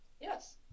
Yes